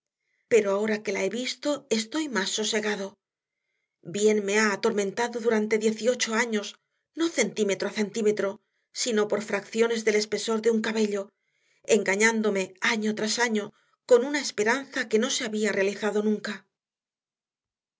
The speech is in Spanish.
pero ahora que la he visto estoy más sosegado bien me ha atormentado durante dieciocho años no centímetro a centímetro sino por fracciones del espesor de un cabello engañándome año tras año con una esperanza que no se había realizado nunca